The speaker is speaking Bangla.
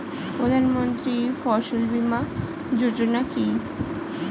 প্রধানমন্ত্রী ফসল বীমা যোজনা কি?